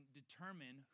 determine